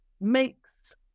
makes